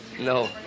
No